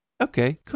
Okay